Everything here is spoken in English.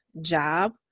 job